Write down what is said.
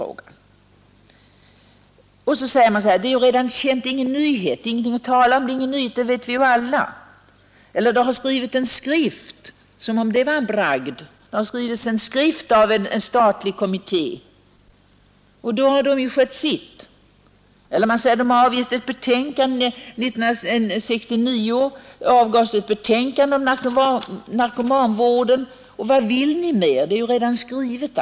Man säger: Det är ingen nyhet, det är redan känt, det vet vi ju alla. Man hänvisar till att det har utgivits en skrift — som om det var någon bragd! — av en statlig kommitté, och så har den gjort sitt. Vidare säger man: År 1969 avgavs ett betänkande om narkomanvården. Vad vill ni mer? Allt är ju redan skrivet.